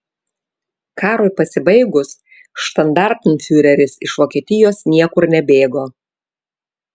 karui pasibaigus štandartenfiureris iš vokietijos niekur nebėgo